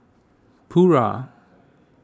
Pura